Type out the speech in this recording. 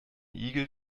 igel